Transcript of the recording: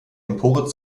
empore